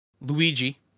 Luigi